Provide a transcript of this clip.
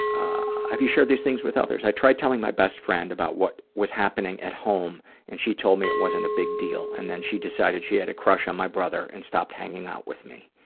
have you shared these things with others? i tried telling my best friend about what was happening at home and she told me it wasn't a big deal. and then she decided she had a crush on my brother and stopped hanging out with me.